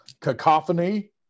cacophony